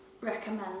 recommend